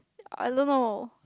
I don't know